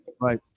Right